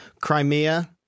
Crimea